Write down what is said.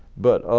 but